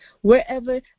wherever